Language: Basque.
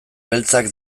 beltzak